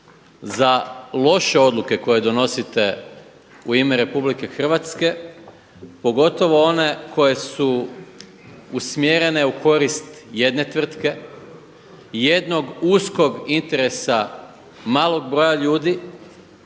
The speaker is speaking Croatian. za loše odluke koje donosite u ime RH, pogotovo one koje su usmjerene u korist jedne tvrtke, jednog uskog interesa malog broja ljudi